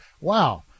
wow